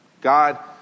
God